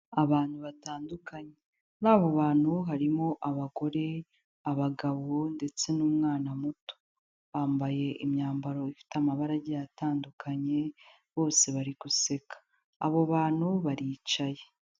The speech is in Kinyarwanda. Abantu batandukanye, muri abo bantu harimo abagore, abagabo ndetse n'umwana muto, bambaye imyambaro ifite amabara agiye atandukanye bose bari guseka. Abo bantu baricaye.